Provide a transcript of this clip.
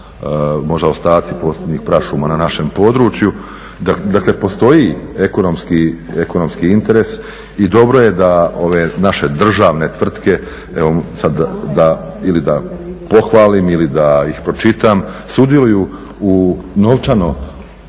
možda ostaci posljednjih prašuma na našem području. Dakle, postoji ekonomski interes i dobro je da ove naše državne tvrtke evo sad ili da pohvalim ili da ih pročitam sudjeluju novčano